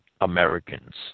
Americans